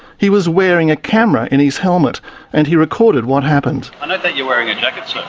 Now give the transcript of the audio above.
he was wearing a camera in his helmet and he recorded what happened. i note that you're wearing a